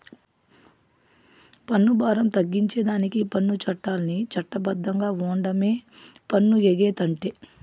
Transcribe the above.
పన్ను బారం తగ్గించేదానికి పన్ను చట్టాల్ని చట్ట బద్ధంగా ఓండమే పన్ను ఎగేతంటే